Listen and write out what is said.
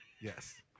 Yes